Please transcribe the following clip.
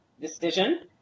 decision